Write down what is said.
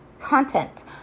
content